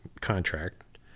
contract